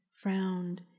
frowned